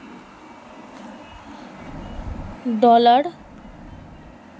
dollar